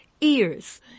ears